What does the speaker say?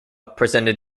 presented